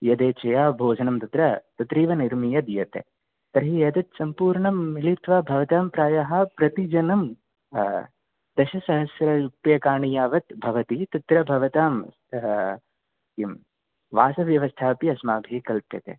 यदेच्छया भोजनं तत्र तत्रैव निर्मीय दीयते तर्हि एतत् सम्पूर्णं मिलित्वा भवतां प्रायः प्रतिजनं दशसहस्ररूप्यकाणि यावत् भवति तत्र भवतां किं वासव्यवस्थापि अस्माभिः कल्प्यते